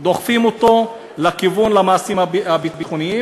דוחפים אותו לכיוון המעשים הביטחוניים,